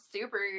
super